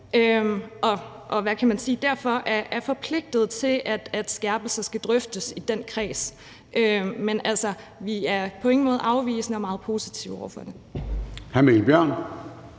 og derfor er forpligtet til, at skærpelser skal drøftes i den kreds. Men altså, vi er på ingen måde afvisende, men meget positive over for det.